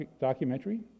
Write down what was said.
documentary